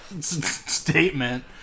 statement